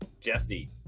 jesse